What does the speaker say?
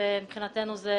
ומבחינתנו זה,